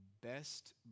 best